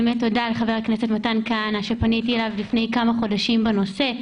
תודה לחבר כנסת מתן כהנא שפניתי אליו לפני כמה חודשים בנושא.